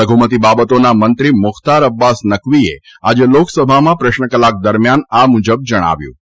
લઘુમતી બાબતોના મંત્રી મુખ્તાર અબ્બાસ નકવીએ આજે લોકસભામાં પ્રશ્નકલાક દરમ્યાન આ મુજબ જણાવ્યું હતું